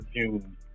June